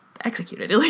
executed